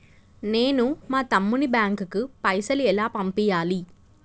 నేను మా తమ్ముని బ్యాంకుకు పైసలు ఎలా పంపియ్యాలి?